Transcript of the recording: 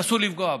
אסור לפגוע בה.